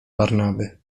barnaby